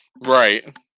Right